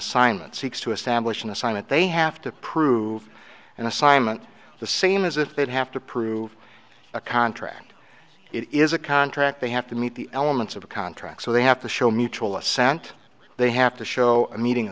assignment seeks to establish an assignment they have to prove an assignment the same as if they'd have to prove a contract is a contract they have to meet the elements of a contract so they have to show mutual assent they have to show a meeting